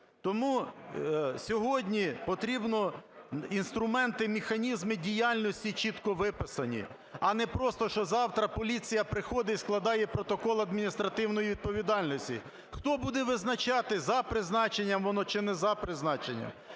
Тому сьогодні потрібно інструменти і механізми діяльності чітко виписати, а не просто, що завтра поліція приходить і складає протокол адміністративної відповідальності. Хто буде визначати, за призначенням воно чи не за призначенням?